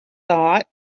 thought